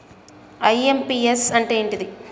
IMPS అంటే ఏంటిది?